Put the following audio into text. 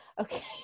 okay